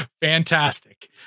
fantastic